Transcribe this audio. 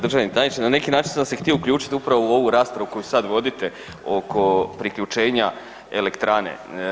Državni tajniče na neki način sam se htio uključiti upravo u ovu raspravu koju sad vodite oko priključenja elektrane.